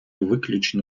виключно